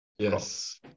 Yes